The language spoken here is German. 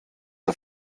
der